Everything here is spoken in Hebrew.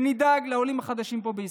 ונדאג לעולים החדשים פה בישראל.